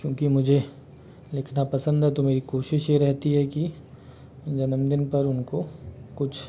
क्योंकि मुझे लिखना पसंद है तो मेरी कोशिश ये रहती है कि जन्मदिन पर उनको कुछ